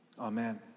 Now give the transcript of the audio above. Amen